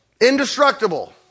Indestructible